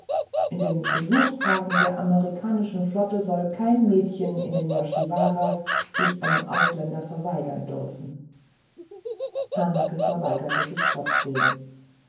in den besuchstagen der amerikanischen flotte soll kein mädchen in den yoshiwaras sich einem ausländer verweigern dürfen hanake verweigerte sich trotzdem